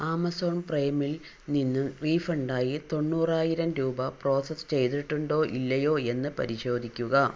Amazon പ്രൈമിൽ നിന്നും റീഫണ്ടായി തൊണ്ണൂറായിരം രൂപ പ്രോസസ്സ് ചെയ്തിട്ടുണ്ടോ ഇല്ലയോ എന്ന് പരിശോധിക്കുക